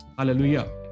Hallelujah